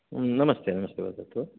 नमस्ते नमस्ते वदतु